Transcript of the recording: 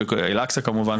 אל אקצה כמובן,